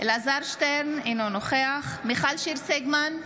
אלעזר שטרן, אינו נוכח מיכל שיר סגמן,